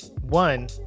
one